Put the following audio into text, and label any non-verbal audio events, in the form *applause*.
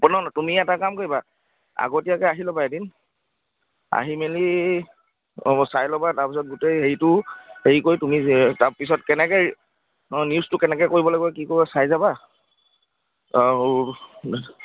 *unintelligible* তুমি এটা কাম কৰিবা আগতীয়াকৈ আহি ল'বা এদিন আহি মেলি অ' চাই ল'বা তাৰপিছত গোটেই হেৰিটো হেৰি কৰি তুমি তাৰপিছত কেনেকৈ অ' নিউজটো কেনেকৈ কৰিব লাগিব কি কৰ চাই যাবা অ'